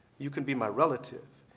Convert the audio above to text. you can be my relative.